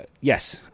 Yes